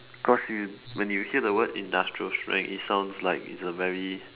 cause you when you hear the word industrial strength it sounds like it's a very